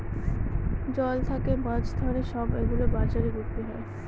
জল থাকে মাছ ধরে সব গুলো বাজারে বিক্রি করে